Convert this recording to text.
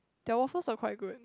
their waffles are quite good